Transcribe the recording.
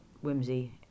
whimsy